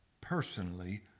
personally